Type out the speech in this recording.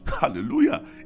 hallelujah